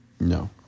No